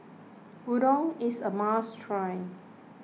Udon is a must try